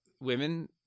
women